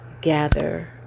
gather